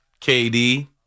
KD